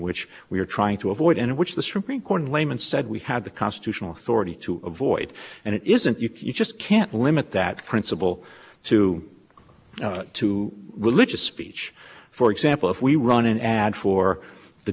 which we're trying to avoid in which the supreme court in layman said we had the constitutional authority to avoid and it isn't you just can't limit that principle to to religious speech for example if we run an ad for the